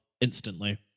instantly